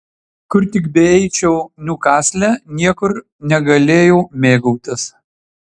kur tik beeičiau niukasle niekur negalėjau mėgautis